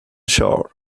shores